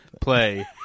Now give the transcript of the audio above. play